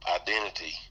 identity